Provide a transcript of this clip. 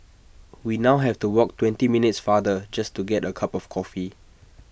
we now have to walk twenty minutes farther just to get A cup of coffee